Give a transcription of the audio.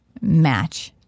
Match